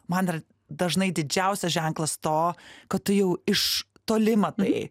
man dar dažnai didžiausias ženklas to kad tu jau iš toli matai